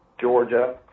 Georgia